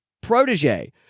protege